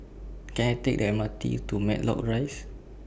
Can I Take The M R T to Matlock Rise